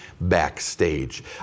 backstage